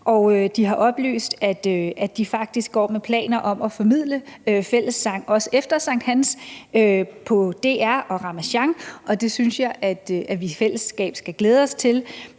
de har oplyst, at de faktisk går med planer om at formidle fællessang også efter sankthans på DR og Ramasjang. Det synes jeg at vi i fællesskab skal glæde os til.